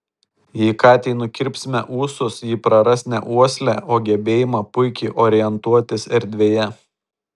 jei katei nukirpsime ūsus ji praras ne uoslę o gebėjimą puikiai orientuotis erdvėje